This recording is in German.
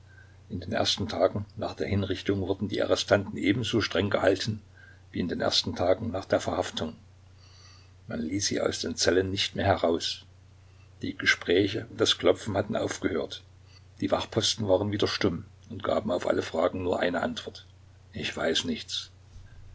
in den ersten tagen nach der hinrichtung wurden die arrestanten ebenso streng gehalten wie in den ersten tagen nach der verhaftung man ließ sie aus den zellen nicht mehr heraus die gespräche und das klopfen hatten aufgehört die wachposten waren wieder stumm und gaben auf alle fragen nur eine antwort ich weiß nichts